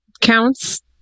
counts